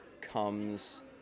comes